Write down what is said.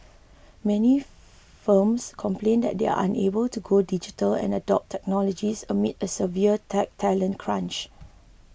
many firms complain that they are unable to go digital and adopt technologies amid a severe tech talent crunch